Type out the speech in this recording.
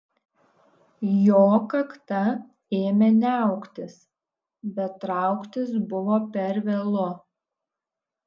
jo kakta ėmė niauktis bet trauktis buvo per vėlu